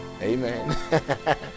Amen